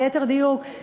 או ליתר דיוק,